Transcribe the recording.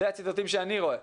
אלה הציטוטים שאני רואה.